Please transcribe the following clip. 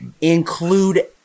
include